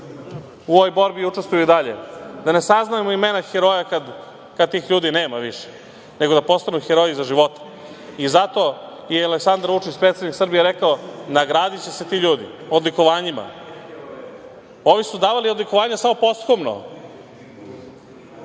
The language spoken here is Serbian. u ovoj borbi i učestvuju i dalje. Da ne saznajemo imena heroja kada tih ljudi nema više, nego da postanu heroji za života. Zato je i Aleksandar Vučić, predsednik Srbije, rekao – nagradiće se ti ljudi odlikovanjima. Ovi su davali odlikovanja samo posthumno.